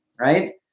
Right